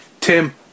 Tim